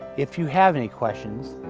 if you have any questions,